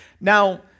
now